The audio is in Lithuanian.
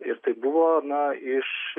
ir tai buvo na iš